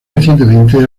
recientemente